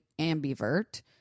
ambivert